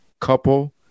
couple